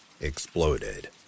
exploded